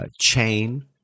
chain